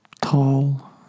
Tall